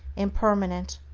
impermanent,